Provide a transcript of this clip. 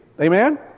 Amen